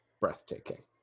Breathtaking